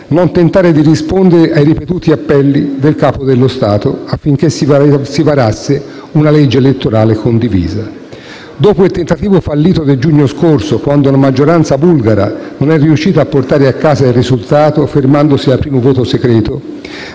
non tentare di rispondere ai ripetuti appelli del Capo dello Stato affinché si varasse una legge elettorale condivisa. Dopo il tentativo fallito del giugno scorso, quando una maggioranza bulgara non è riuscita a portare a casa il risultato, fermandosi al primo voto segreto,